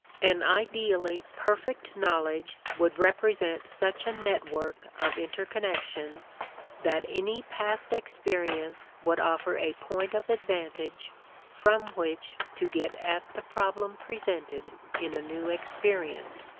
an ideally perfect knowledge would represent such a network of interconnections that any past experience would offer a point of advantage from which to get at the problem presented in a new experience.